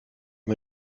wir